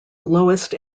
lowest